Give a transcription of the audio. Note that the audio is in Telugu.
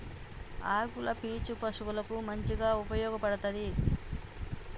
ఆకుల పీచు పశువులకు మంచిగా ఉపయోగపడ్తది